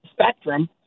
spectrum